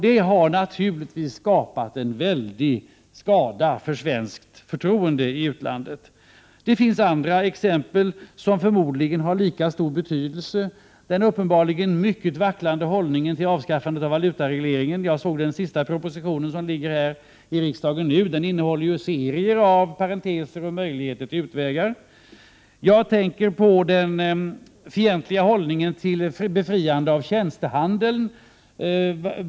Detta har naturligtvis varit till stor skada för förtroendet för Sverige i utlandet. Det finns andra exempel som förmodligen har lika stor betydelse, t.ex. den uppenbarligen mycket vacklande hållningen till avskaffandet av valutaregleringen. Den senaste propositionen till riksdagen innehåller ju serier av parenteser och möjligheter till utvägar. Jag tänker på den fientliga hållningen till befriande av tjänstehandeln.